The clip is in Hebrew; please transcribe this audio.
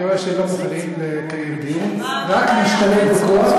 אני רואה שלא מוכנים לקיים דיון, רק להשתלט בכוח.